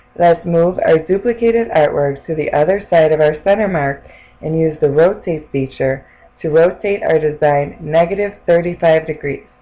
let's move our duplicated artwork to the other side of our center mark and use the rotate feature to rotate our design ah thirty five degrees.